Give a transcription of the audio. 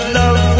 love